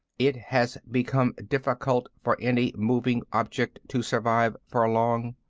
it has become difficult for any moving object to survive for long.